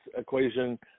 equation